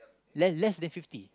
less less than fifty